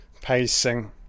pacing